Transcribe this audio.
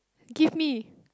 give me